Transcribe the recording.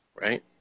Right